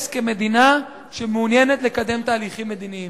כמדינה שמעוניינת לקדם תהליכים מדיניים.